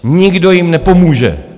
Nikdo jim nepomůže.